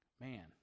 man